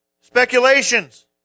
speculations